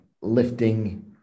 lifting